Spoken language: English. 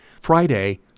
Friday